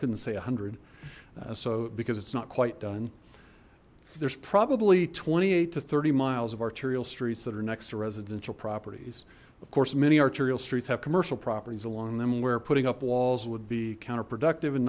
couldn't say a hundred so because it's not quite done there's probably twenty eight to thirty miles of arterial streets that are next to residential properties of course many arterial streets have commercial properties along them we're putting up walls would be counterproductive and